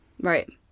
Right